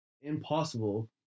impossible